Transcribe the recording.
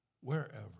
Wherever